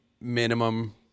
minimum